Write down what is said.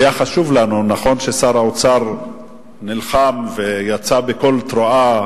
היה חשוב לנו נכון ששר האוצר נלחם ויצא בקול תרועה